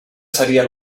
seria